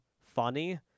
funny